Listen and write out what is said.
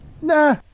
Nah